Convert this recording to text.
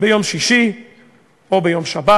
ביום שישי או ביום שבת,